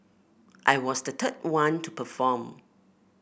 I was the third one to perform